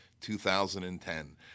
2010